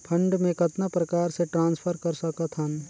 Fund मे कतना प्रकार से ट्रांसफर कर सकत हन?